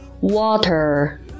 Water